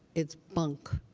it's bunk.